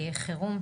חירום,